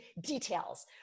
details